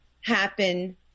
happen